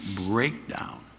breakdown